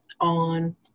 on